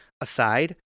aside